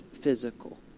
physical